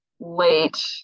Late